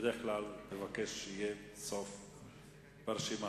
שבדרך כלל מבקש להיות בסוף הרשימה.